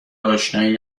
اشنایی